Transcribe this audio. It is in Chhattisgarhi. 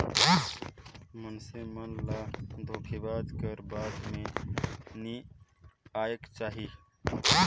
मइनसे मन ल धोखेबाज कर बात में नी आएक चाही